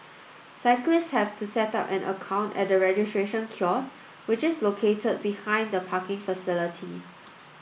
cyclists have to set up an account at the registration kiosks which is located behind the parking facility